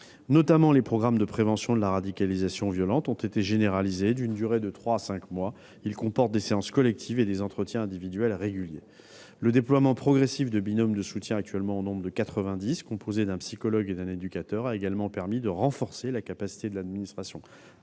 particulier, les programmes de prévention de la radicalisation violente ont été généralisés. Ces programmes, d'une durée de trois à cinq mois, comportent des séances collectives et des entretiens individuels réguliers. Le déploiement progressif des binômes de soutien, actuellement au nombre de 90, composés d'un psychologue et d'un éducateur, a également permis de renforcer la capacité de l'administration